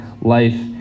life